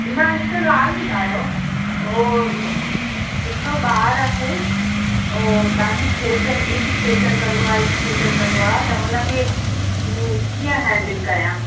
न हिक ॻाल्हि ॿुधायो हो हिकिड़ो ॿार आहे हो ॾाढी खेचल एॾी खेचल कंदो आहे एॾी खेचल कंदो आहे त हुनखे कीअं हैंडिल कयां